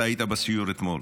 אתה היית בסיור אתמול,